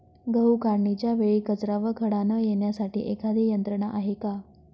गहू काढणीच्या वेळी कचरा व खडा न येण्यासाठी एखादी यंत्रणा आहे का?